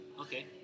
okay